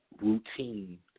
routine